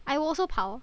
I will also 跑